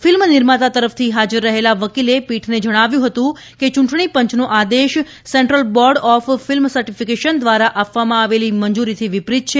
film નિર્માતા તરફથી ફાજર રહેલા વકીલે પીઠને જણાવ્યું હતું કે ચંટણી પંચનો આદેશ central board of film certification દ્વારા આપવામાં આવેલી મંજુરીથી વિપરીત છે